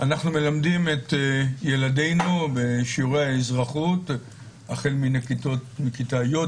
אנחנו מלמדים את ילדינו בשיעורי האזרחות החל מכיתה יו"ד,